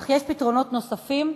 אך יש פתרונות נוספים,